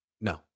no